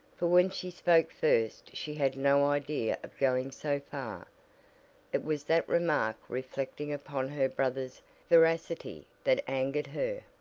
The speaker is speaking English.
for when she spoke first she had no idea of going so far it was that remark reflecting upon her brother's veracity that angered her.